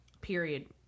Period